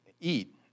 eat